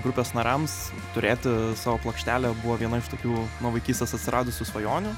grupės nariams turėti savo plokštelę buvo viena iš tokių nuo vaikystės atsiradusių svajonių